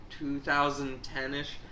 2010-ish